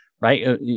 right